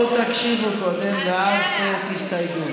יושב-ראש האופוזיציה, אל תפריע לחבר סיעה שלך.